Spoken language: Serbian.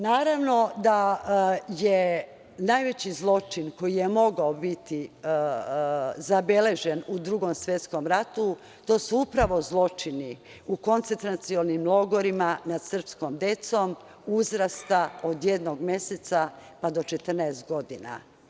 Naravno da je najveći zločin koji je mogao biti zabeležen u Drugom svetskom ratu, to su upravo zločini i koncentracionim logorima nad srpskom decom uzrasta od jednog meseca, pa do 14 godina.